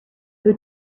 who